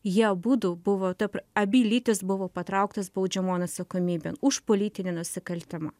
jie abudu buvo ta abi lytis buvo patrauktos baudžiamon atsakomybėn už politinį nusikaltimą